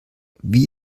wie